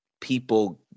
people